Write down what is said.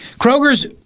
Kroger's